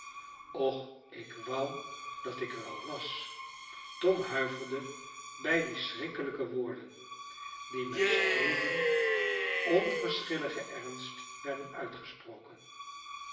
och ik wou dat ik er al was tom huiverde bij die schrikkelijke woorden die met stroeven onverschilligen ernst werden uitgesproken